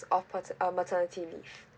of pater~ uh maternity leave